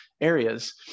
areas